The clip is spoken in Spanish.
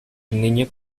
niño